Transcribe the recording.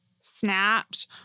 snapped